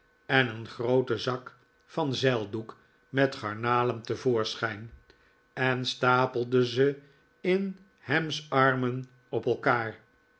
en een grooten zak van zeildoek met garnalen te voorschijn en stapelde ze in ham's armen dp elkaar